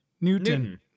Newton